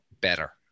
better